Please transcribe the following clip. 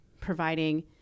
providing